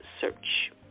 search